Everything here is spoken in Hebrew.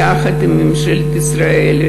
יחד עם ממשלת ישראל,